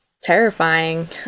terrifying